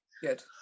good